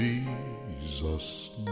Jesus